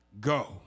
go